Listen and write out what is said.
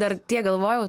dar tiek galvojau